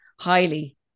highly